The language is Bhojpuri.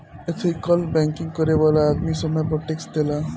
एथिकल बैंकिंग करे वाला आदमी समय पर टैक्स देला